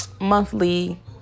monthly